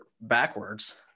backwards